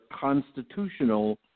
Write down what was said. constitutional